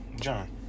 John